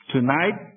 Tonight